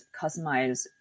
customize